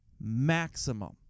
maximum